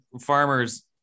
farmers